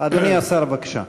אדוני השר, בבקשה.